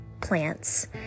plants